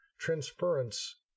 transference